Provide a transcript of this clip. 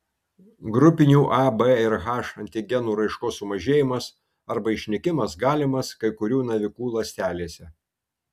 grupinių a b ir h antigenų raiškos sumažėjimas arba išnykimas galimas kai kurių navikų ląstelėse